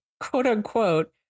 quote-unquote